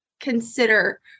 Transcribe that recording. consider